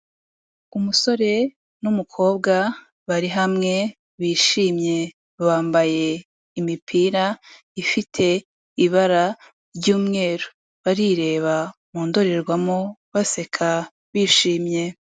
Umusore n'umukobwa bari hamwe bishimye, bambaye imipira ifite ibara ry'umweru, barireba mu ndorerwamo baseka bishimye.